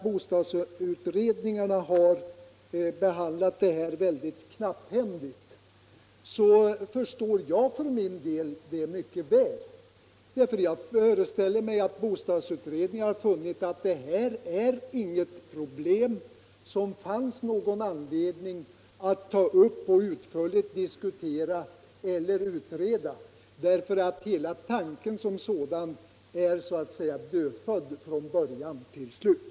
Boendeutredningen har behandlat den här frågan mycket knapphändigt, säger herr Strömberg. Det förstår jag mycket väl. Jag föreställer mig nämligen att dessa utredningar funnit att detta inte är något problem som det fanns någon anledning att utförligt diskutera eller utreda, eftersom hela tanken från början är dödfödd.